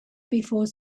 before